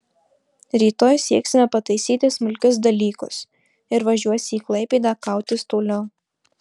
rytoj sieksime pataisyti smulkius dalykus ir važiuosi į klaipėdą kautis toliau